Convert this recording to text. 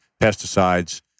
Pesticides